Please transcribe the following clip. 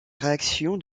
réaction